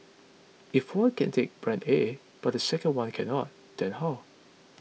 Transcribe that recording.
if one can take brand A but the second one cannot then how